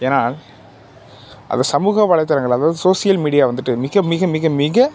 ஏனால் அந்தச் சமூக வலைத்தளங்கள் அதாவது சோசியல் மீடியா வந்துட்டு மிக மிக மிக மிக